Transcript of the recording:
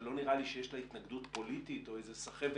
ולא נראה לי שיש לה התנגדות פוליטית או איזה סחבת